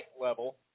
level